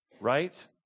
right